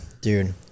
Dude